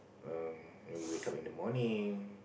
um when you wake up in the morning